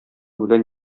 белән